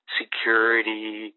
security